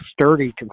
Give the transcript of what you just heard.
sturdy